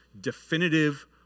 definitive